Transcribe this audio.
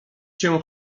się